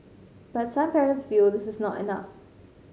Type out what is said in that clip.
but some parents feel this is not enough